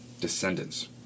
descendants